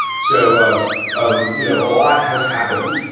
so a um you know lot has happened.